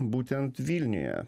būtent vilniuje